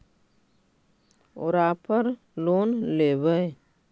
ओरापर लोन लेवै?